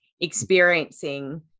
experiencing